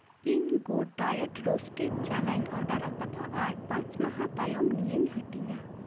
ᱤᱧ good diet roasted ᱪᱟᱱᱟᱧ order ᱟᱠᱟᱫᱟ ᱟᱨ ᱯᱟᱸᱪ ᱢᱟᱦᱟ ᱛᱟᱭᱚᱢ ᱱᱤᱭᱟᱹᱧ ᱦᱟᱹᱴᱤᱧᱟ